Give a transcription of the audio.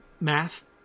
Math